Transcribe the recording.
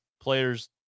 players